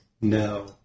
No